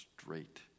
straight